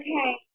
Okay